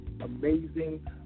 amazing